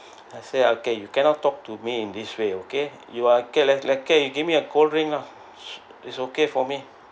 I say okay you cannot talk to me in this way okay you are okay okay you give me a cold drink lah it's okay for me